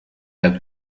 have